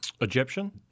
Egyptian